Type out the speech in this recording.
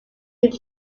him